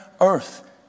earth